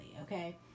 okay